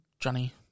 Johnny